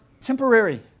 temporary